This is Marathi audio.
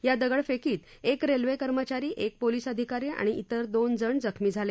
या दगडफेकीत एक रेल्वे कर्मचारी एक पोलीस अधिकारी आणि इतर दोन जण जखमी झाले